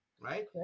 Right